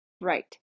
Right